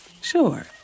Sure